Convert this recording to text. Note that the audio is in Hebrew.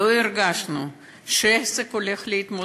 לא הרגשנו שהעסק הולך להתמוטט,